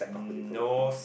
mm nose